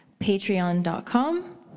patreon.com